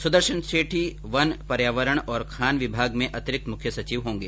सुदर्शन सेठी वन पर्यावरण और खान विभाग में अतिरिक्त मुख्य सचिव होंगें